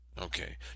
Okay